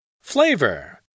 Flavor